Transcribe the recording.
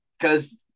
cause